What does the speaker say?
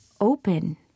open